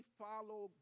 follow